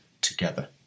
together